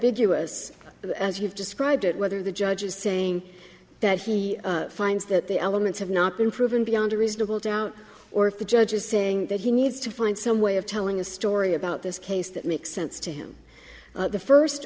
you've described it whether the judge is saying that he finds that the elements have not been proven beyond a reasonable doubt or if the judge is saying that he needs to find some way of telling a story about this case that makes sense to him the first